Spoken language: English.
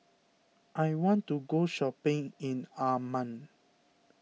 I want to go shopping in Amman